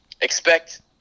expect